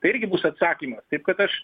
tai irgi bus atsakymas taip kad aš